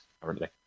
currently